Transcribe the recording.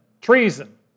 Treason